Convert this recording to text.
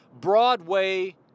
Broadway